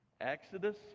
Exodus